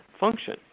Function